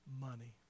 money